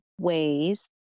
ways